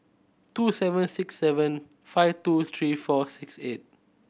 two seven six seven five two three four six eight